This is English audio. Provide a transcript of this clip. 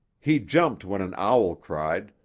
he jumped when an owl cried,